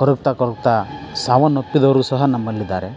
ಕೊರಗ್ತಾ ಕೊರಗ್ತಾ ಸಾವನ್ನಪ್ಪಿದವರು ಸಹ ನಮ್ಮಲ್ಲಿದ್ದಾರೆ